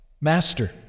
master